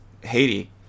Haiti